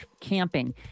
camping